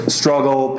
struggle